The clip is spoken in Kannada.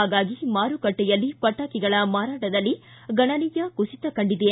ಹಾಗಾಗಿ ಮಾರುಕಟ್ನೆಯಲ್ಲಿ ಪಟಾಕಿಗಳ ಮಾರಾಟದಲ್ಲಿ ಗಣನೀಯ ಕುಸಿತ ಕಂಡಿದೆ